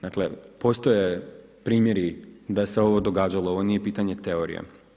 Dakle postoje primjeri da se ovo događalo, ovo nije pitanje teorije.